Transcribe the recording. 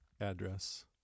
address